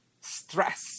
stress